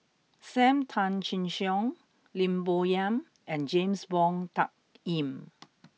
Sam Tan Chin Siong Lim Bo Yam and James Wong Tuck Yim